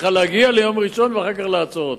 להגיע ליום ראשון ואחר כך לעצור אותם.